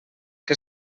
que